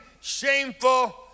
shameful